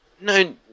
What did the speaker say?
No